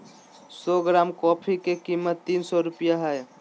सो gram coffee के कीमत तीन सो रुपया हइ